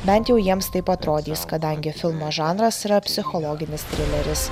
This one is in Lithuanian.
bent jau jiems taip atrodys kadangi filmo žanras yra psichologinis trileris